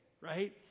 right